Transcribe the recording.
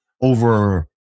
over